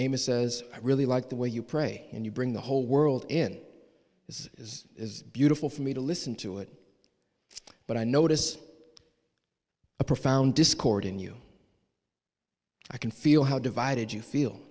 amos says i really like the way you pray and you bring the whole world in this is beautiful for me to listen to it but i notice a profound discord in you i can feel how divided you feel